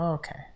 okay